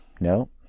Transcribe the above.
No